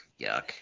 yuck